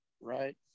Right